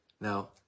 Now